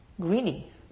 greedy